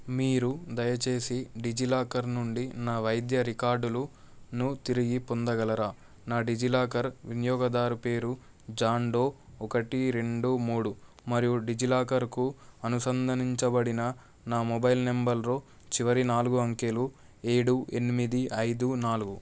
మీరు దయచేసి డిజిలాకర్ నుండి నా వైద్య రికార్డులను తిరిగి పొందగలరా నా డిజిలాకర్ వినియోగదారు పేరు జాన్డో ఒకటి రెండు మూడు మరియు డిజిలాకర్కు అనుసంధనించబడిన నా మొబైల్ నంబర్లో చివరి నాలుగు అంకెలు ఏడు ఎనిమిది ఐదు నాలుగు